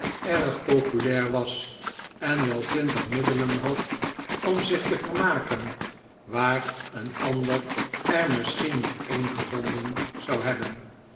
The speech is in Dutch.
erg populair was en wel twintig middelen had om zich te vermaken waar een ander er misschien niet een gevonden zou hebben